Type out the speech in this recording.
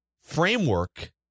framework